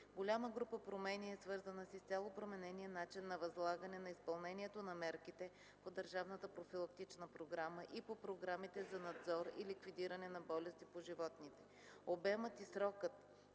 Голяма група промени е свързана с изцяло променения начин на възлагане на изпълнението на мерките по държавната профилактична програма и по програмите за надзор и ликвидиране на болести по животните. Обемът и срокът